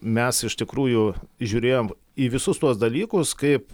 mes iš tikrųjų žiūrėjom į visus tuos dalykus kaip